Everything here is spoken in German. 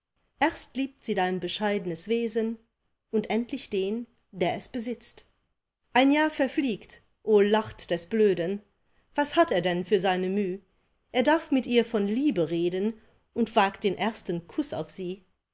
erst liebt sie dein bescheidnes wesen und endlich den der es besitzt ein jahr verfliegt o lacht des blöden was hat er denn für seine müh er darf mit ihr von liebe reden und wagt den ersten kuß auf sie